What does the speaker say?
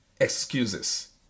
Excuses